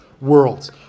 worlds